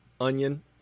onion